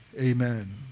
Amen